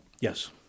Yes